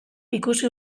ikusi